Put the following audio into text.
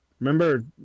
Remember